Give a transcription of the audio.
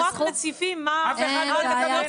אנחנו רק מציפים מה -- אין בעיה,